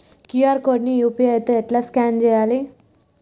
QR code ని UPI తోని ఎట్లా స్కాన్ చేయాలి?